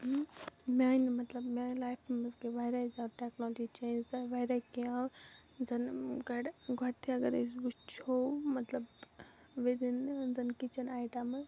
میٛانہِ مطلب میٛانہِ لایفہِ منٛز گٔے واریاہ زیادٕ ٹٮ۪کنالجی چینٛجِز آیہِ واریاہ کیٚںہہ آو زَنہٕ گۄڈٕ گۄڈٕ تہِ اگر أسۍ وٕچھو مطلب وِداِن زَنہٕ کِچَن آیٹَمٕز